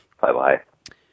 Bye-bye